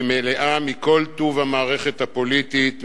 היא מלאה מכל טוב המערכת הפוליטית,